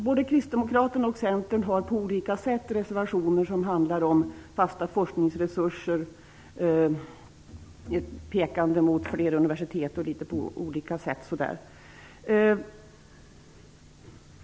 Både Kristdemokraterna och Centern har på olika sätt reservationer som handlar om fasta forskningsresurser och som pekar mot fler universitet.